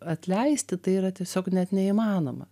atleisti tai yra tiesiog net neįmanoma